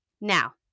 Now